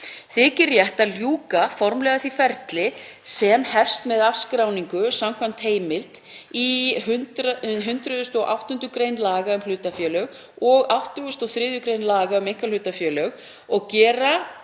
Þykir rétt að ljúka formlega því ferli sem hefst með afskráningu samkvæmt heimild í 108. gr. laga um hlutafélög og 83. gr. laga um einkahlutafélög og gera